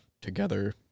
together